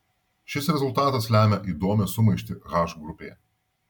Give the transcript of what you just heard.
šis rezultatas lemia įdomią sumaištį h grupėje